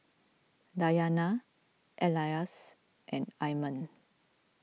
Dayana Elyas and Iman